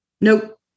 Nope